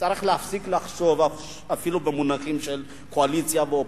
שצריך להפסיק לחשוב אפילו במונחים של קואליציה ואופוזיציה.